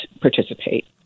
participate